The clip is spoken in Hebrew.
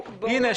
הנה,